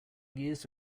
years